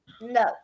no